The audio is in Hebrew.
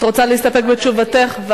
את רוצה להסתפק בתשובתך?